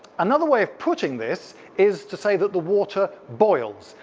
another way of putting this is to say that the water boils.